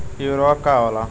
इ उर्वरक का होला?